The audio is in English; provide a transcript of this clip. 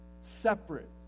separate